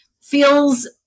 Feels